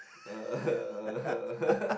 uh uh